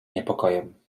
niepokojem